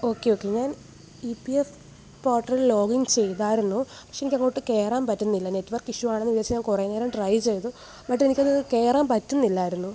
okay okay ഞാൻ E P F പോർട്ടലിൽ login ചെയ്തായിരുന്നു പക്ഷെ എനിക്കങ്ങോട്ട് കയറാന് പറ്റുന്നില്ല നെറ്റ്വർക്ക് ഇഷ്യൂ ആണെന്ന് വിചാരിച്ച് ഞാൻ കുറേനേരം ട്രൈ ചെയ്തു ബട്ട് എനിക്കത് കയറാന് പറ്റുന്നില്ലായിരുന്നു